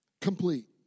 complete